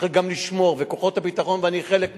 צריך גם לשמור, וכוחות הביטחון, ואני חלק מהם,